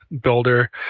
builder